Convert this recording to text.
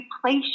place